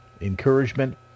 Encouragement